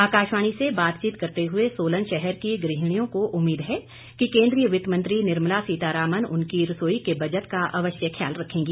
आकाशवाणी से बातचीत करते हुए सोलन शहर की गृहिणियों को उम्मीद है कि केंद्रीय वित्त मंत्री निर्मला सीतारमण उनकी रसोई के बजट का अवश्य ख्याल रखेगी